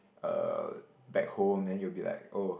(uh)back home then you'll be like oh